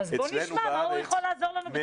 אצלנו בארץ,